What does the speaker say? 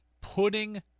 putting